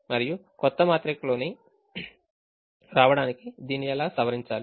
మరియు క్రొత్త మాత్రికలోకి రావడానికి దీన్ని ఎలా సవరించాలి